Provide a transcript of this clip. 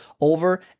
over